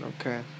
Okay